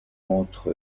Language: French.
contre